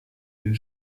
den